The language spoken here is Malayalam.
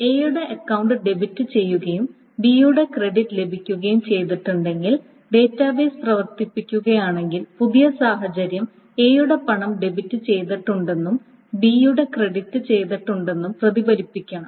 എയുടെ അക്കൌണ്ട് ഡെബിറ്റ് ചെയ്യുകയും ബി യുടെ ക്രെഡിറ്റ് ലഭിക്കുകയും ചെയ്തിട്ടുണ്ടെങ്കിൽ ഡാറ്റാബേസ് പ്രവർത്തിപ്പിക്കുകയാണെങ്കിൽ പുതിയ സാഹചര്യം എയുടെ പണം ഡെബിറ്റ് ചെയ്തിട്ടുണ്ടെന്നും ബി യുടെ ക്രെഡിറ്റ് ചെയ്തിട്ടുണ്ടെന്നും പ്രതിഫലിപ്പിക്കണം